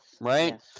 Right